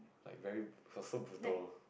like very her food brutal